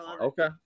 okay